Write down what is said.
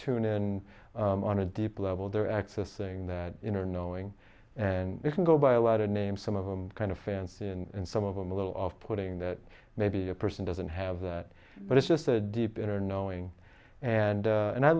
tune in on a deep level they're accessing that inner knowing and you can go by a lot of names some of them kind of fancy and some of them a little off putting that maybe a person doesn't have that but it's just a deep inner knowing and and i